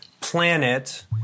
planet